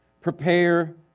prepare